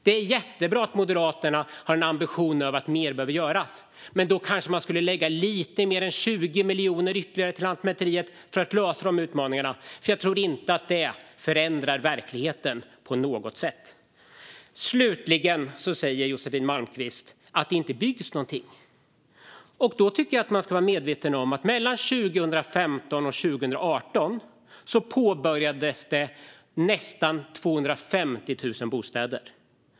Det är jättebra att Moderaterna har en ambition att vilja göra mer, men då kanske man skulle lägga lite mer än bara 20 miljoner ytterligare till Lantmäteriet för att lösa utmaningarna. Jag tror inte att det förändrar verkligheten på något sätt. Slutligen säger Josefin Malmqvist att det inte byggs något. Då ska man vara medveten om att det mellan 2015 och 2018 påbörjades nästan 250 000 bostäder.